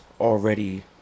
already